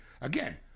again